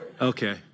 Okay